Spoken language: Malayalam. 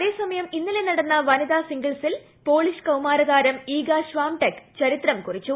അതേസമയം ഇന്നലെ നടന്ന വനിതാ സിംഗിൾസിൽ പോളിഷ് കൌമാരതാരം ഈഗ ഷാംടെക് ചരിത്രം കുറിച്ചു